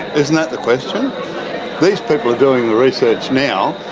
isn't that the question? these people are doing the research now,